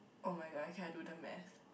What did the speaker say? oh my god I can't do the math